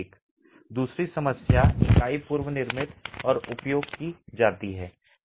दूसरी समस्या इकाई पूर्वनिर्मित और उपयोग की जाती है